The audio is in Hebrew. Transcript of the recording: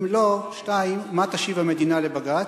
2. אם לא, מה תשיב המדינה לבג"ץ?